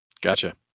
Gotcha